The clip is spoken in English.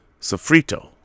sofrito